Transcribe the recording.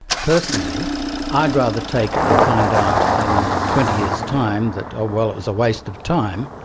personally i'd rather take it and find out in twenty years' time that, oh well, it was a waste of time,